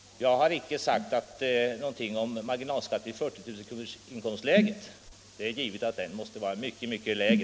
Jag har icke sagt någonting om marginalskatten vid inkomstläget 40 000 kr. Det är givet att den måste ligga mycket lägre.